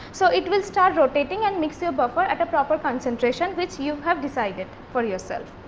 so, it will start rotating and mix your buffer at a proper concentration which you have decided for yourself.